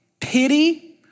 pity